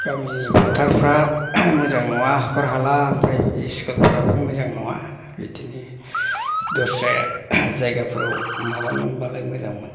गामिनि फोथारफ्रा मोजां नङा हाखर हाला आमफ्राय स्कुलफ्राबो मोजां नङा बिदिनो दस्राया जायगाफोराव माबानो मोनबालाय मोजांमोन